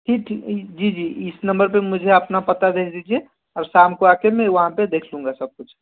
जी जी जी जी इस नंबर पर मुझे आपना पता दे दीजिए और शाम को आ कर मैं वहाँ पर देख लूँगा सब कुछ